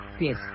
Yes